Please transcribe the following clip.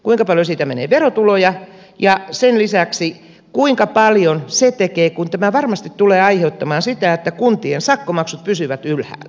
kuinka paljon siitä menee verotuloja ja sen lisäksi kuinka paljon se tekee kun tämä varmasti tulee aiheuttamaan sitä että kuntien sakkomaksut pysyvät ylhäällä